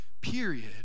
period